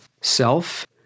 self